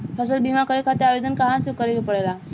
फसल बीमा करे खातिर आवेदन कहाँसे करे के पड़ेला?